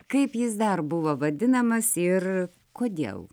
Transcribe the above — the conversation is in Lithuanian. kaip jis dar buvo vadinamas ir kodėl